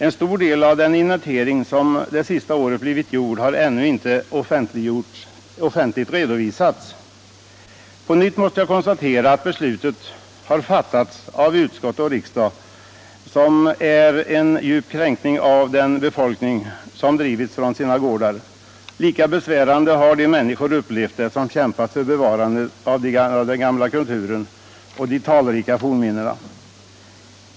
En stor del av den inventering som under det senaste året blivit gjord har ännu inte offentligt redovisats. På nytt måste jag konstatera att utskottets ställningstagande och riksdagens beslut är en djup kränkning av den befolkning som har drivits från sina gårdar. Lika besvärande har de människor upplevt det som kämpat för bevarandet av den gamla kulturen och de talrika fornminnena.